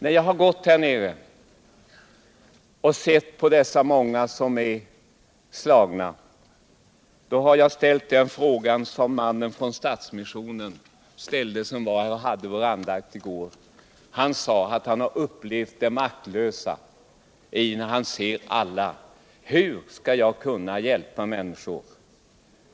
När jag har gått här nere och sett på dessa många utslagna har jag ställt den fråga som mannen från Stadsmissionen ställde när han höll vår andakt i går. Han sade att han har upplevt sin maktlöshet när han ser alla och ställt frågan: Hur skall jag kunna hjälpa människor?